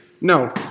No